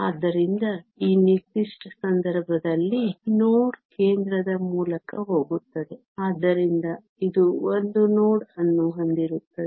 ಆದ್ದರಿಂದ ಈ ನಿರ್ದಿಷ್ಟ ಸಂದರ್ಭದಲ್ಲಿ ನೋಡ್ ಕೇಂದ್ರದ ಮೂಲಕ ಹೋಗುತ್ತದೆ ಆದ್ದರಿಂದ ಇದು 1 ನೋಡ್ ಅನ್ನು ಹೊಂದಿರುತ್ತದೆ